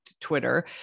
Twitter